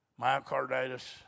Myocarditis